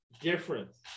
difference